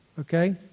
okay